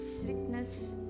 sickness